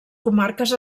comarques